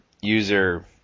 user